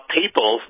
people